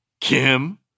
Kim